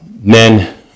men